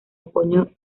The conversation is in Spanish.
apoyo